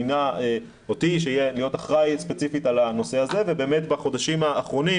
מינה אותי להיות אחראי ספציפית על הנושא הזה ובאמת בחודשים האחרונים